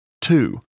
Two